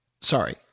Sorry